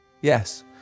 Yes